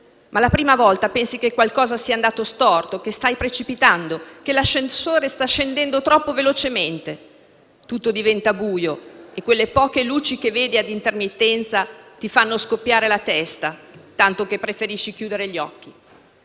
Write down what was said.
Ma la prima volta pensi che qualcosa sia andato storto, che stai precipitando, che l'ascensore sta scendendo troppo velocemente. Tutto diventa buio e quelle poche luci che vedi ad intermittenza ti fanno scoppiare la testa, tanto che preferisci chiudere gli occhi.